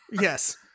Yes